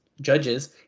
judges